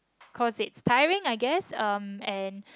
cause it's tiring I guess um and